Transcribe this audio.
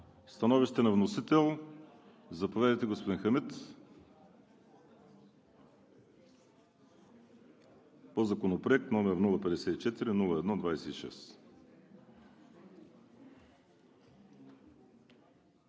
Становище на вносител – заповядайте, господин Хамид, по Законопроект, № 054-01-26.